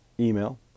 email